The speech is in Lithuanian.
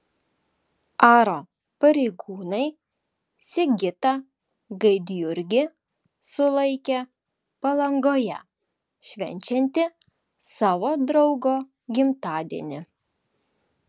aro pareigūnai sigitą gaidjurgį sulaikė palangoje švenčiantį savo draugo gimtadienį